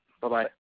Bye-bye